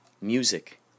Music